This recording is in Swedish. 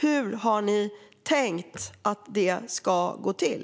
Hur har ni tänkt att det ska gå till?